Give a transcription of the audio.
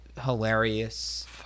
hilarious